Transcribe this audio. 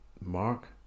Mark